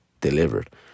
delivered